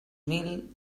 mil